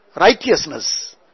righteousness